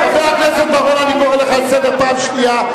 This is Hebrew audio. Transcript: חבר הכנסת בר-און, אני קורא אותך פעם שנייה.